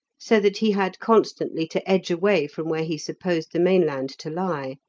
so that he had constantly to edge away from where he supposed the mainland to lie.